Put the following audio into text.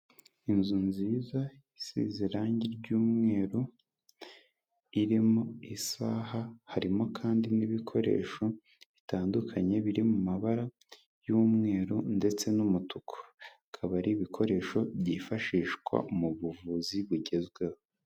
Inzu nziza isize irangi ry'umweru, irimo isaha, harimo kandi n'ibikoresho bitandukanye biri mu mabara y'umweru ndetse n'umutuku, akaba ari ibikoresho byifashishwa mu buvuzi bugezweho.